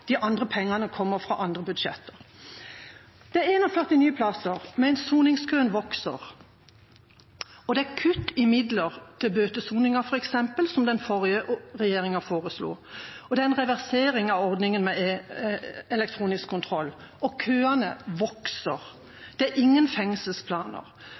nye plasser, men soningskøen vokser. Det er kutt i midler til bøtesoninga, f.eks., midler som den forrige regjeringa foreslo. Det er en reversering av ordninga med elektronisk kontroll. Køene